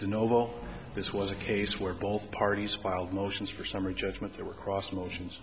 noble this was a case where both parties filed motions for summary judgment there were cross motions